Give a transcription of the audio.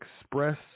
express